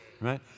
right